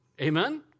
Amen